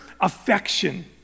affection